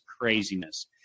craziness